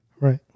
Right